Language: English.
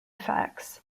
fax